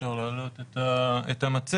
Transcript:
(שקף: נתוני מעקב אחר קיום דיונים בהיוועדות חזותית).